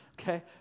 okay